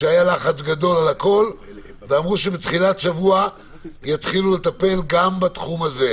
שהיה לחץ גדול על הכול ואמרו שבתחילת השבוע יתחילו לטפל גם בתחום הזה.